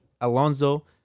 Alonso